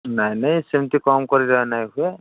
ନାଇଁ ନାଇଁ ସେମିତି କମ୍ କରି ଦେବା ନାଇଁ କେ